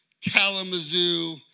Kalamazoo